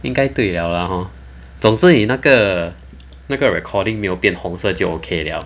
应该对了 lah hor 总之你那个那个 recording 没有变红色就 okay 了